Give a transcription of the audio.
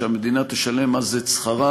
ושהמדינה תשלם אז את שכרם.